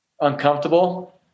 uncomfortable